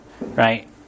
right